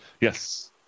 Yes